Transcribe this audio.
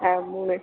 ஆ மூணு